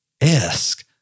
esque